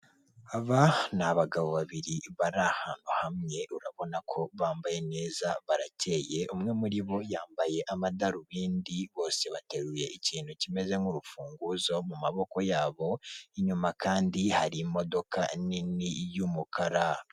Aba ni abagabo babiri bari ahantu hamwe urabona ko bambaye neza barakeye, umwe muri bo yambaye amadarubindi bose bateruye ikintu kimeze nk'urufunguzo mu maboko yabo, inyuma kandi hari imodoka nini y'umukara.